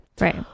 Right